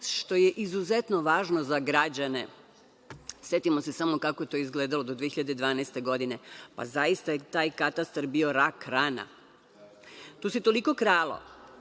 što je izuzetno važno za građane. Setimo se samo kako je to izgledalo do 2012. godine, zaista je taj katastar bio rak rana. Tu se toliko kralo,